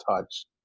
touch